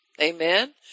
Amen